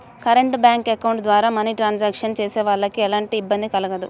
current bank account ద్వారా money transactions చేసేవాళ్ళకి ఎలాంటి ఇబ్బంది కలగదు